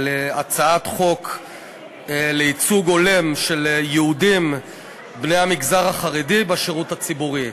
הצעת חוק לייצוג הולם של יהודים בני המגזר החרדי בשירות הציבורי.